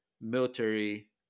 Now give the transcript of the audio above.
military